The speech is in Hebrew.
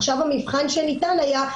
עכשיו המבחן שניתן היה,